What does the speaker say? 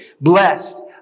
Blessed